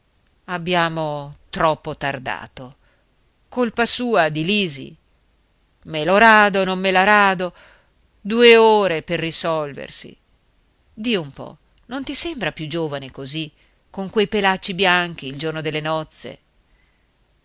abbiamo troppo tardato colpa sua di lisi me la rado non me la rado due ore per risolversi di un po non ti sembra più giovane così con quei pelacci bianchi il giorno delle nozze